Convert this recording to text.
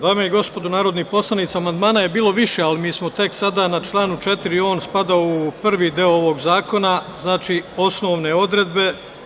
Dame i gospodo narodni poslanici, amandmana je bilo više, ali mi smo tek sada na članu 4. On spada u prvi deo ovog zakona – Osnovne odredbe.